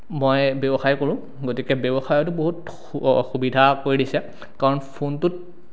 মই ব্যৱসায় কৰোঁ গতিকে ব্যৱসায়তো বহুত সুবিধা কৰি দিছে কাৰণ ফোনটোত